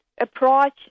approach